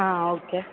okay